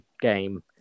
game